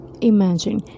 Imagine